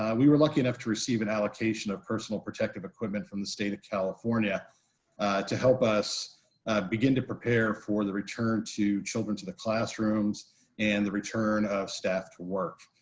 um we were lucky enough to receive an allocation of personal protective equipment from the state of california to help us begin to prepare for the return to children to the classrooms and the return staff to work.